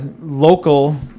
local